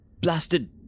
Blasted